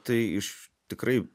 tai iš tikrai